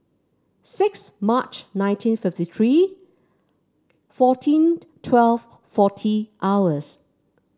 six March nineteen fifty three fourteen twelve forty hours